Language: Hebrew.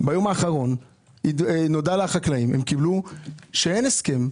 ביום האחרון נודע לחקלאים שאין הסכם.